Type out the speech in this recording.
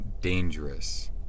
dangerous